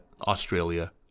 Australia